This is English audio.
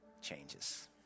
changes